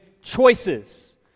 choices